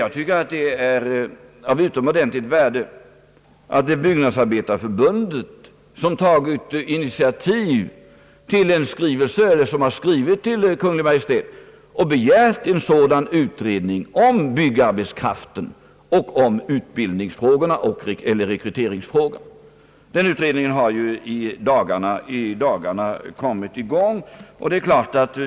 Jag tycker att det är av utomordentligt värde att det är Byggnadsarbetarförbundet som har skrivit till Kungl. Maj:t och begärt en sådan utredning om byggarbetskraften och om utbildningsoch rekryteringsfrågorna. Den utredningen har i dagarna kommit i gång.